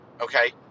Okay